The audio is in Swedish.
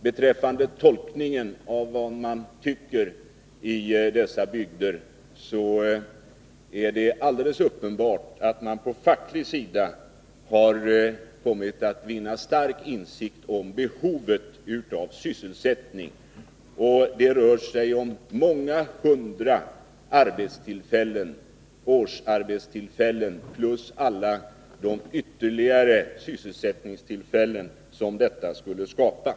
Beträffande tolkningen av vad människor tycker i dessa bygder är det alldeles uppenbart att man från facklig sida har kommit att vinna stark insikt om den ökade sysselsättning som kraftutbyggnaden skulle ge. Det rör sig om många hundra årsarbetstillfällen plus alla de ytterligare sysselsättningstillfällen som skulle skapas.